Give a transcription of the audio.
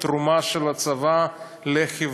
את התרומה של הצבא לחברה,